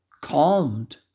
calmed